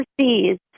overseas